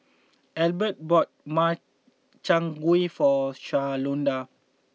Elbert bought Makchang Gui for Shalonda